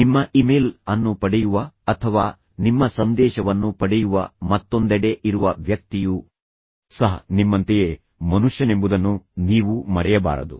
ನಿಮ್ಮ ಇಮೇಲ್ ಅನ್ನು ಪಡೆಯುವ ಅಥವಾ ನಿಮ್ಮ ಸಂದೇಶವನ್ನು ಪಡೆಯುವ ಮತ್ತೊಂದೆಡೆ ಇರುವ ವ್ಯಕ್ತಿಯೂ ಸಹ ನಿಮ್ಮಂತೆಯೇ ಮನುಷ್ಯನೆಂಬುದನ್ನು ನೀವು ಮರೆಯಬಾರದು